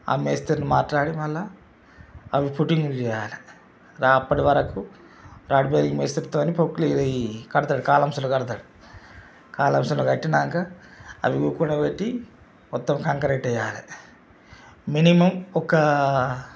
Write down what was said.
ఆ మేస్త్రిని మాట్లాడి మళ్ళా అవి పుట్టింగ్ చేయాలి అలా అప్పటి వరకు రాడ్ బేరింగ్ మేస్త్రితో ప్రొక్లేలీ కడతాడు కాలమ్స్లు కడతాడు కాలమ్స్లు కట్టినాక అవి లోపలపెట్టి మొత్తం కంకరు వేయాలి మినిమం ఒక